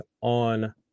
on